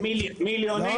מבדיקה שהיא לא מדגמית.